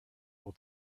will